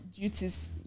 duties